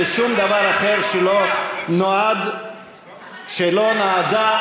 לשום דבר אחר שהיא לא נועדה לו בתקנון.